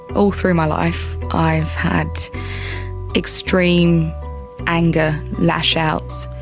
all through my life i've had extreme anger lash-outs,